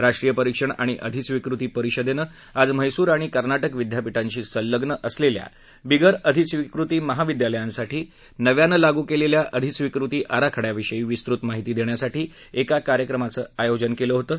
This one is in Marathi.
राष्ट्रीय परिक्षण आणि अधिस्विकृती परिषदेनं आज मैसूर आणि कर्नाटक विद्यापीठाशी संल्गन असलेल्या बिगर अधिस्विकृती महाविद्यालयांसाठी नव्यानं लागू केलेल्या अधिस्विकृती आराखड्याविषयी विस्तृत माहिती देण्यासाठी एका कार्यक्रमाचं आयोजन केलं होतं